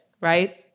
Right